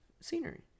scenery